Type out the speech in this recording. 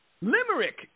Limerick